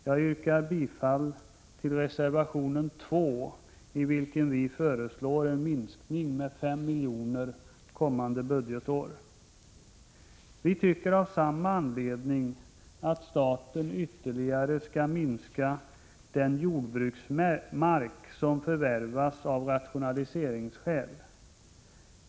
Jag yrkar bifall till reservation 2, i vilken vi föreslår en minskning med 5 milj.kr. kommande budgetår. Av samma anledning bör staten ytterligare minska den jordbruksmark som har förvärvats av rationaliseringsskäl.